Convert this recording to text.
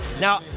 Now